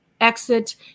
exit